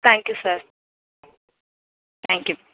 thank you sir thank you